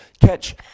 Catch